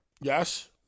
Yes